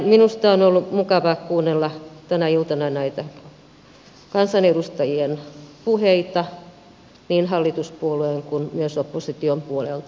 minusta on ollut mukava kuunnella tänä iltana näitä kansanedustajien puheita niin hallituspuolueiden kuin myös opposition puolelta